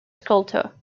sculptor